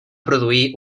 produir